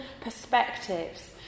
perspectives